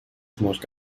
сможет